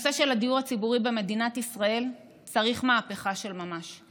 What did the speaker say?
בנושא של הדיור הציבורי במדינת ישראל צריך מהפכה של ממש.